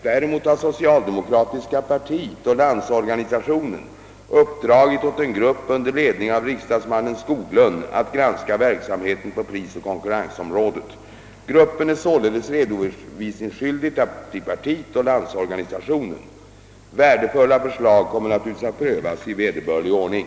Däremot har socialdemokratiska partiet och Landsorganisationen uppdragit åt en grupp under ledning av riksdagsmannen Skoglund att granska verksamheten på prisoch konkurrensområdet. Gruppen är således redovisningsskyldig till partiet och Landsorganisationen. Värdefulla förslag kommer naturligtvis att prövas i vederbörlig ordning.